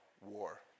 war